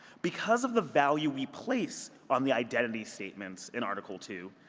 because of the value we place on the identity statements in article two,